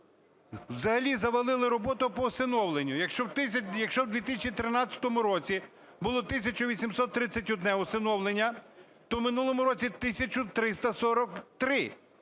взагалі завалили роботу по усиновленню. Якщо в 2013 році було 1 тисяча 831 усиновлення, то в минулому році -